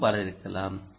மேலும் பல இருக்கலாம்